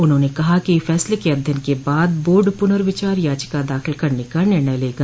उन्होंने कहा कि फैसले के अध्ययन के बाद बोर्ड पूनर्विचार याचिका दाखिल करने का निर्णय लेगा